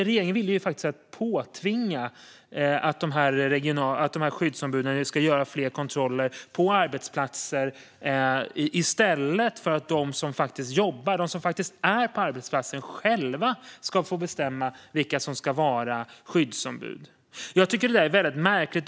Regeringen vill påtvinga att skyddsombuden ska göra fler kontroller på arbetsplatser i stället för att de som jobbar och faktiskt är på arbetsplatserna själva får bestämma vilka som ska vara skyddsombud. Jag tycker att det är märkligt.